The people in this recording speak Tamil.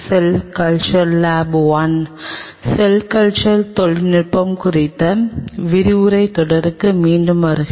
செல் கல்ச்சர் தொழில்நுட்பம் குறித்த விரிவுரைத் தொடருக்கு மீண்டும் வருக